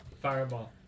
Fireball